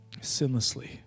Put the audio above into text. sinlessly